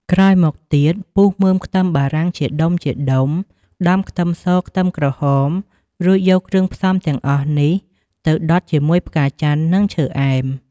ក្រោយមកទៀត ពុះមើមខ្ទឹមបារាំងជាដុំៗ ដំខ្ទឹមស ខ្ទឹមក្រហម រួចយកគ្រឿងផ្សំទាំងអស់នេះទៅដុតជាមួយផ្កាចន្ទន៍ និងឈើអែម។